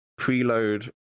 preload